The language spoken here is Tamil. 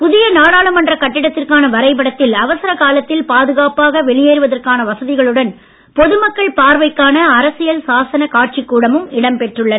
புதிய நாடாளுமன்ற கட்டிடத்திற்கான வரைபடத்தில் அவசரக் காலத்தில் பாதுகாப்பாக வெளியேறுவதற்கான வசதிகளுடன் பொதுமக்கள் பார்வைக்கான அரசியல் சாசன காட்சிக் கூடமும் இடம்பெற்றுள்ளது